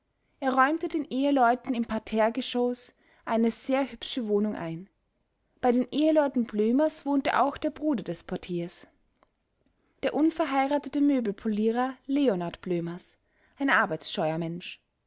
er räumte den eheleuten im parterregeschoß eine sehr hübsche wohnung ein bei den eheleuten blömers wohnte auch der bruder des portiers der unverheiratete möbelpolierer leonard blömers ein arbeitsscheuer